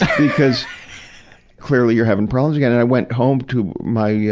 because clearly you're having problems again. and i went home to my, yeah